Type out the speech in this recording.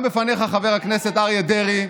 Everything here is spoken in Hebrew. גם בפניך, חבר הכנסת אריה דרעי: